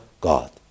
God